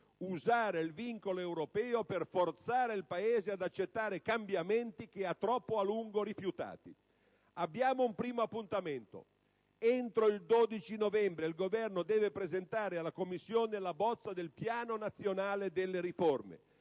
usare il vincolo europeo per forzare il Paese ad accettare cambiamenti troppo a lungo rifiutati. Abbiamo un primo appuntamento: entro il 12 novembre il Governo dovrà presentare alla Commissione la bozza del Piano nazionale delle riforme: